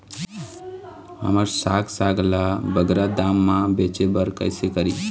हमर साग साग ला बगरा दाम मा बेचे बर कइसे करी?